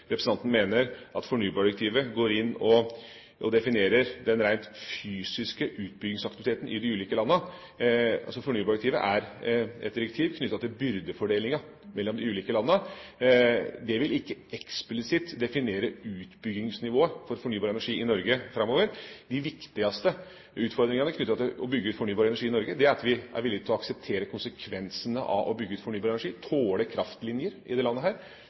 representanten mener at fornybardirektivet definerer den rent fysiske utbyggingsaktiviteten i de ulike landene. Fornybardirektivet er et direktiv knyttet til byrdefordelingen mellom de ulike landene. Det vil ikke eksplisitt definere utbyggingsnivået for fornybar energi i Norge framover. De viktigste utfordringene knyttet til å bygge ut fornybar energi i Norge er at vi er villig til å akseptere konsekvensene av å bygge ut fornybar energi: tåle kraftlinjer i dette landet,